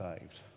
saved